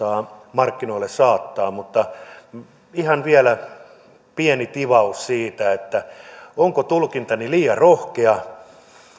markkinoille saattaa mutta vielä ihan pieni tivaus siitä onko tulkintani liian rohkea